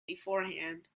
beforehand